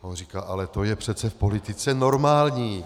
A on říká: ale to je přece v politice normální.